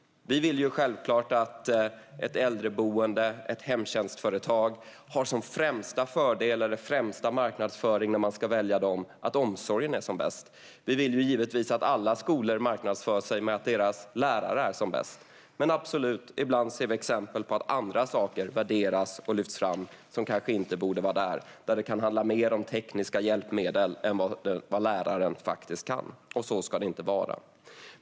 Vi vill självklart att ett äldreboende eller ett hemtjänstföretag ska ha som främsta fördel eller främsta marknadsföring för att man ska välja dem att omsorgen är bäst. Vi vill givetvis att alla skolor marknadsför sig med att deras lärare är bäst. Men, absolut, ibland ser vi exempel på att andra saker värderas och lyfts fram som kanske inte borde vara där. Det kan handla mer om tekniska hjälpmedel än om vad läraren faktiskt kan, och så ska det inte vara.